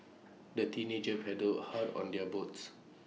the teenagers paddled hard on their boats